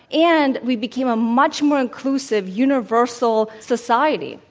and we became a much more inclusive universal society